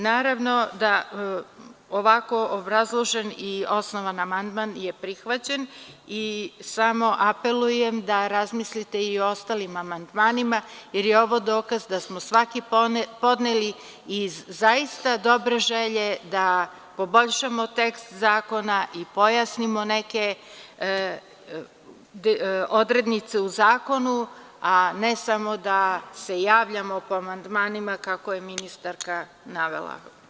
Naravno da ovako obrazložen i osnovan amandman je prihvaćen i samo apelujem da razmislite i o ostalim amandmanima jer je ovo dokaz da smo svaki podneli iz zaista dobre želje da poboljšamo tekst zakona i pojasnimo neke odrednice u zakonu, a ne samo da se javljamo po amandmanima, kako je ministarka navela.